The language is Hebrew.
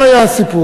מה היה הסיפור,